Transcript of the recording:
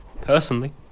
personally